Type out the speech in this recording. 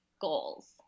goals